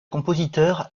compositeur